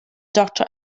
doctor